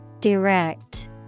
Direct